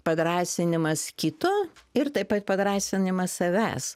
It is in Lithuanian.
padrąsinimas kito ir taip pat padrąsinimas savęs